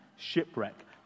shipwreck